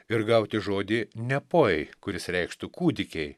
ir gauti žodį nepoj kuris reikštų kūdikiai